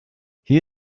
hier